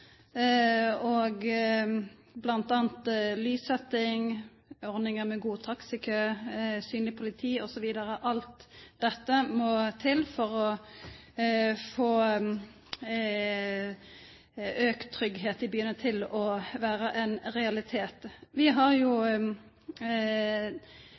felt, bl.a. lyssetjing, ordningar med gode taxikøar, synleg politi, osv. Alt dette må til for å få auka tryggleik i byane til å vera ein realitet. Vi har